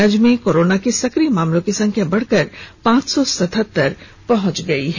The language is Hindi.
राज्य में कोरोना के सक्रिय मामलों की संख्या बढ़कर पांच सौ सतहत्तर पहुंच गई है